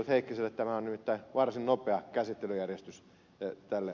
heikkiselle tämä on nimittäin varsin nopea käsittelyjärjestys tälle